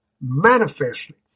manifestly